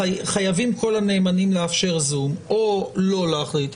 שחייבים כל הנאמנים לאפשר זום, או לא להחליט,